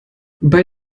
bei